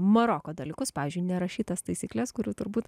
maroko dalykus pavyzdžiui nerašytas taisykles kurių turbūt